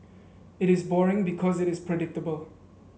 it is boring because it is predictable